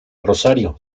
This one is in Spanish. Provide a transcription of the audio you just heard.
rosario